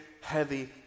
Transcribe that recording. heavy